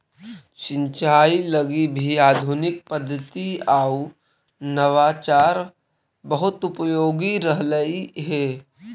सिंचाई लगी भी आधुनिक पद्धति आउ नवाचार बहुत उपयोगी रहलई हे